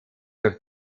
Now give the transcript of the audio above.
durch